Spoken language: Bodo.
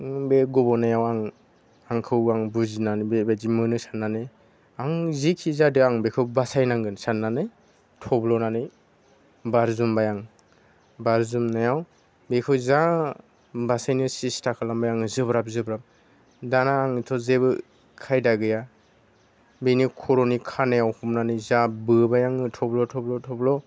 बे गब'नायाव आं आंखौ आं बुजिनानै बेबायदि मोनो साननानै आं जिखि जादो आं बेखौ बासायनांगोन साननानै थब्ल'नानै बारजुमबाय आं बारजुमनायाव बेखौ जा बासायनो सेस्ता खालामबाय आङो जोब्राब जोब्राब दाना आंथ' जेबो खायदा गैया बिनि खर'नि खानायाव हमनानै जा बोबाय आङो थब्ल' थब्ल' थब्ल'